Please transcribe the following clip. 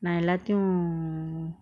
நா எல்லாத்தயு:na ellathayu err